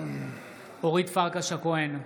אורית פרקש הכהן,